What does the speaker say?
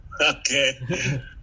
Okay